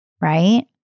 Right